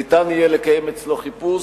ניתן יהיה לקיים אצלו חיפוש.